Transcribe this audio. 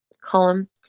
column